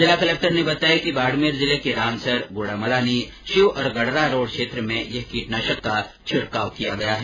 जिला कलेक्टर ने बताया कि बाड़मेर जिले के रामसर गुढ़ामलानी शिव और गडरा रोड क्षेत्र में यह किटनाशक का छिड़काव किया गया है